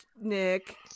Nick